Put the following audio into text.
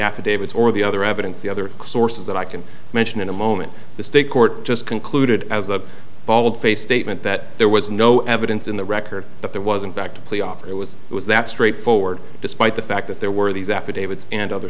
affidavits or the other evidence the other sources that i can mention in a moment the state court just concluded as a bald faced statement that there was no evidence in the record that there wasn't back to plea offer it was it was that straightforward despite the fact that there were these affidavits and other